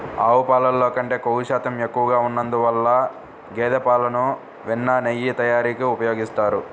ఆవు పాలల్లో కంటే క్రొవ్వు శాతం ఎక్కువగా ఉన్నందువల్ల గేదె పాలను వెన్న, నెయ్యి తయారీకి ఉపయోగిస్తారు